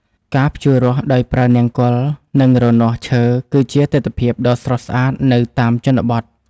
ការភ្ជួររាស់ដោយប្រើនង្គ័ល និងរនាស់ឈើគឺជាទិដ្ឋភាពដ៏ស្រស់ស្អាតនៅតាមជនបទ។